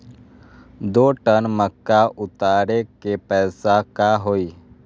दो टन मक्का उतारे के पैसा का होई?